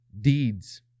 deeds